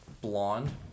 blonde